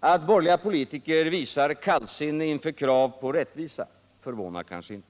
Att borgerliga politiker visar kallsinne inför krav på rättvisa förvånar kanske inte.